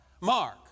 Mark